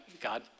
God